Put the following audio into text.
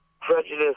prejudice